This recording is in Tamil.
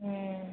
ம்